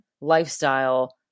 lifestyle